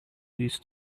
reached